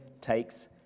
takes